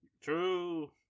True